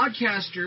podcaster